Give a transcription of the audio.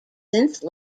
since